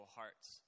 Hearts